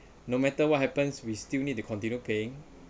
no matter what happens we still need to continue paying